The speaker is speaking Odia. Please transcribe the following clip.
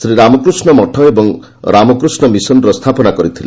ସେ ରାମକୃଷ୍ଣ ମଠ ଏବଂ ରାମକୃଷ୍ଣ ମିଶନର ସ୍ଥାପନା କରିଥିଲେ